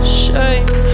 shame